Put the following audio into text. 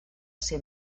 ser